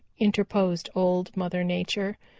interposed old mother nature.